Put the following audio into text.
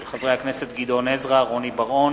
של חברי הכנסת גדעון עזרא ורוני בר-און